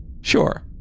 Sure